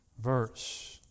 verse